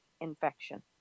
infection